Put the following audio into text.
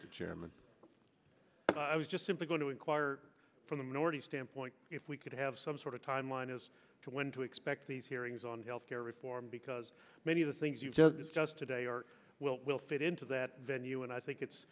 chairman i was just simply going to enquire from the minority standpoint if we could have some sort of timeline as to when to expect these hearings on health care reform because many of the things you just just today are well will fit into that venue and i think it's